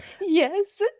yes